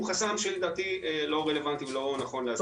הוא חסם שלדעתי הוא לא רלוונטי ולא נכון להזכיר אותו.